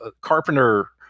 Carpenter